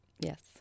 Yes